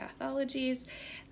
pathologies